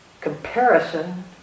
comparison